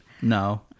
No